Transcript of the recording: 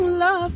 love